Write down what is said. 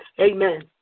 Amen